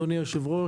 אדוני היושב-ראש,